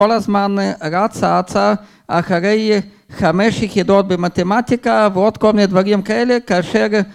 ‫כל הזמן רצה אצה ‫אחרי חמש יחידות במתמטיקה ‫ועוד כל מיני דברים כאלה, ‫כאשר...